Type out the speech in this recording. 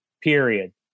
period